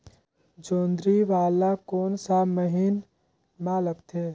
जोंदरी ला कोन सा महीन मां लगथे?